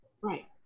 Right